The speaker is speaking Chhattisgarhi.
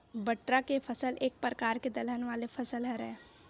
बटरा के फसल एक परकार के दलहन वाले फसल हरय